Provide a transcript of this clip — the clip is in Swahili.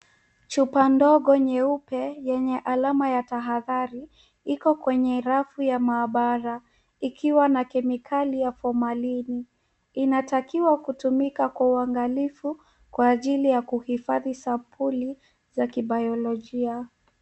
Chupa ndogo nyeupe yenye alama ya tahadhari iko kwenye rafu ya maabara ikiwa na kemikali ya Formalin . Inatakiwa kutumika kwa uangalifu kwa ajili ya kuhifadhi sampuli za kibayolojia.